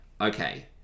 okay